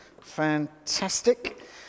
fantastic